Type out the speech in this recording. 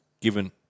given